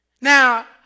Now